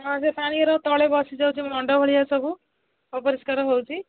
ହଁ ସେ ପାଣିର ତଳେ ବସିଯାଉଛି ମଣ୍ଡ ଭଳିଆ ସବୁ ଅପରିଷ୍କାର ହେଉଛି